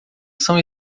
são